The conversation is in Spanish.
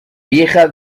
vieja